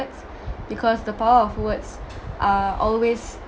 because the power of words are always